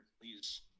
Please